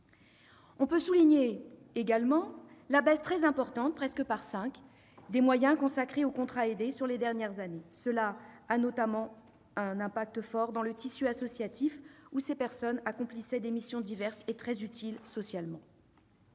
On peut également souligner la baisse très importante- ils ont presque été divisés par cinq -des moyens consacrés aux contrats aidés sur les dernières années. Cela a notamment un impact fort sur le tissu associatif, où ces personnes accomplissaient des missions diverses et très utiles socialement.